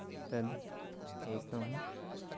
तद् एकं